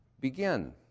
begin